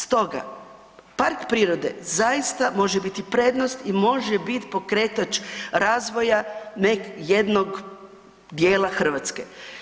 Stoga, park prirode zaista može biti prednost i može biti pokretač razvoja jednog dijela Hrvatske.